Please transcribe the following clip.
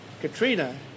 Katrina